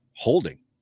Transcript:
Holding